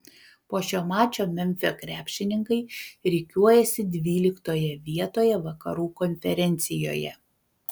po šio mačo memfio krepšininkai rikiuojasi dvyliktoje vietoje vakarų konferencijoje